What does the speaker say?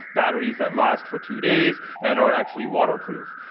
batteries that last for two days, and are actually waterproof.